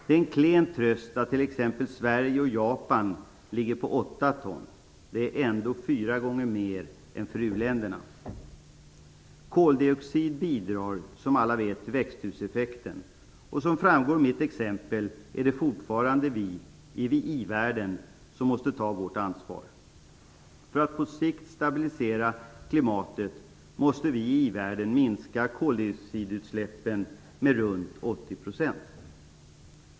Det är en klen tröst att t.ex. Sverige och Japan släpper ut åtta ton. Det är ändå fyra gånger mer än för u-länderna. Koldioxid bidrar som alla vet till växthuseffekten. Som framgår av mitt exempel är det fortfarande vi i ivärlden som måste ta vårt ansvar. För att på sikt stabilisera klimatet måste vi i i-världen minska koldioxidutsläppen med ca 80 %.